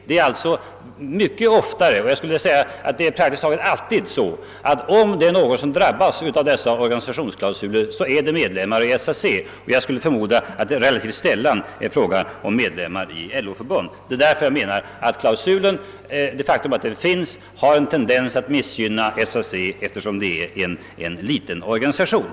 Det är alltså mycket oftare, jag skulle vilja säga praktiskt taget alltid så, att om det är någon som drabbas av dessa organisationsklausuler, är det medlemmar av SAC. Jag skulle förmoda att det är relativt sällan som medlemmar av LO-förbund drabbas. Klausulen har därför en tendens att missgynna SAC, eftersom det är en liten organisation.